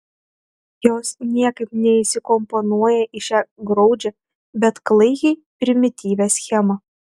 jos niekaip neįsikomponuoja į šią graudžią bet klaikiai primityvią schemą